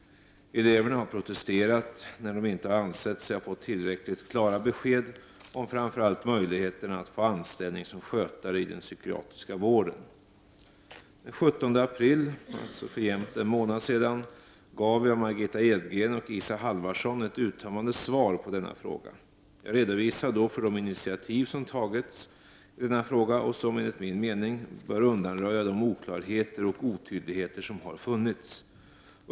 Eleverna har protesterat när de inte har ansett sig ha fått tillräckligt klara besked om framför allt möjligheterna att få anställning som skötare i den psykiatriska vården. Den 17 april, alltså för jämnt en månad sedan, gav jag Margitta Edgren och Isa Halvarsson ett uttömmande svar på denna fråga. Jag redovisade då de initiativ som tagits i denna fråga och som, enligt min mening, bör undanröja de oklarheter och otydligheter som har funnits.